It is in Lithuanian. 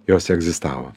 jos egzistavo